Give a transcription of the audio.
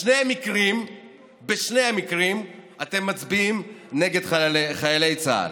בשני המקרים אתם מצביעים נגד חיילי צה"ל.